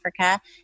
Africa